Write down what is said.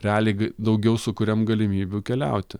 realiai daugiau sukuriam galimybių keliauti